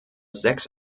sechs